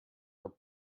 are